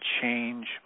change